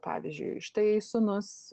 pavyzdžiui štai sūnus